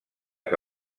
que